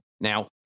Now